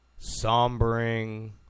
sombering